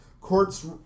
Courts